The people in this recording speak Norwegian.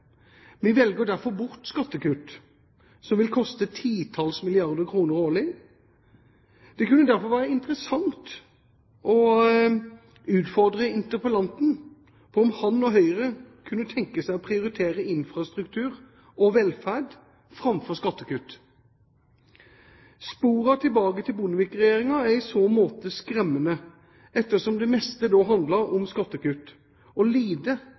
Vi velger derfor bort skattekutt som vil koste titalls milliarder kroner årlig. Det kunne derfor være interessant å utfordre interpellanten på om han og Høyre kunne tenke seg å prioritere infrastruktur og velferd framfor skattekutt. Sporene tilbake til Bondevik-regjeringen er i så måte skremmende ettersom det meste da handlet om skattekutt